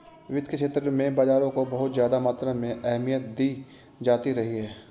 वित्त के क्षेत्र में बाजारों को बहुत ज्यादा मात्रा में अहमियत दी जाती रही है